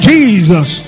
Jesus